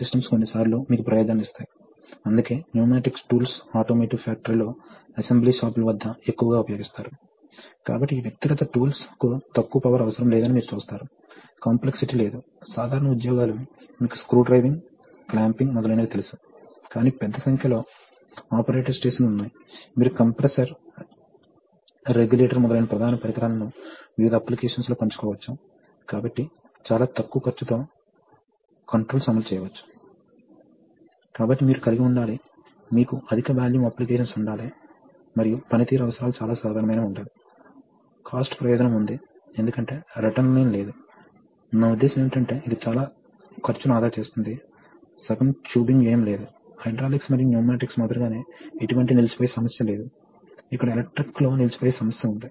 C నుండి D మరియు D నుండి E కి కనెక్ట్ చేయడానికి లైన్స్ ఎందుకు డాష్ లైన్స్ లో సూచించబడ్డాయి ఇది రెండవది ఇది సిస్టమ్ ప్రెజర్ ఎంపిక ఎందుకంటే అవి పైలట్ లైన్లు నేను ఇప్పటికే సమాధానం ఇచ్చాను మీరు దాని గురించి ఆలోచించాలి నేను ప్రస్తావించదలిచిన ఒక విషయం ఏమిటంటే కొన్ని సందర్భాల్లో కొన్ని లిమిట్ స్విచ్ పనిచేయడం కారణంగా కొన్ని సోలేనాయిడ్లను నిర్వహిస్తుంది